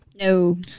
No